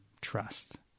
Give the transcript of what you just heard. trust